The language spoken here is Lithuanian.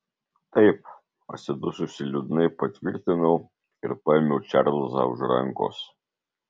taip atsidususi liūdnai patvirtinau ir paėmiau čarlzą už rankos